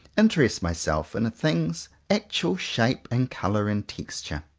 interest myself in a thing's actual shape and colour and texture?